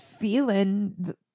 feeling